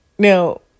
Now